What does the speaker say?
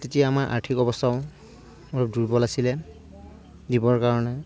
তেতিয়া আমাৰ আৰ্থিক অৱস্থাও অলপ দুৰ্বল আছিল দিবৰ কাৰণে